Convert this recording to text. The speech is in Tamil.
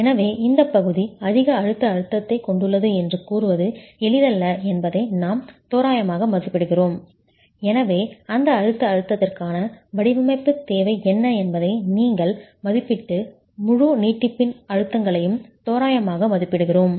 எனவே இந்த பகுதி அதிக அழுத்த அழுத்தத்தைக் கொண்டுள்ளது என்று கூறுவது எளிதல்ல என்பதை நாம் தோராயமாக மதிப்பிடுகிறோம் எனவே அந்த அழுத்த அழுத்தத்திற்கான வடிவமைப்புத் தேவை என்ன என்பதை நீங்கள் மதிப்பிட்டு முழு நீட்டிப்பின் அழுத்தங்களையும் தோராயமாக மதிப்பிடுகிறோம்